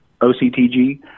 OCTG